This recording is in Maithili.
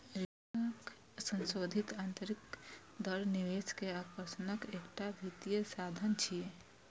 रिटर्नक संशोधित आंतरिक दर निवेश के आकर्षणक एकटा वित्तीय साधन छियै